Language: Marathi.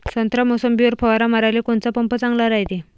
संत्रा, मोसंबीवर फवारा माराले कोनचा पंप चांगला रायते?